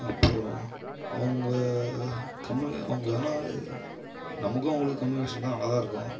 அப்புறோம் அவங்க கம்யூனி அவங்க ஆனால் நமக்கும் அவங்களுக்கும் கம்யூனிகேஷன் இருந்தால் நல்லா தான் இருக்கும்